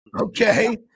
Okay